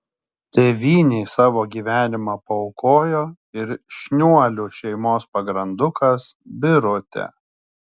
tėvynei savo gyvenimą paaukojo ir šniuolių šeimos pagrandukas birutė